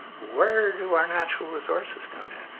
where do our natural resources come in?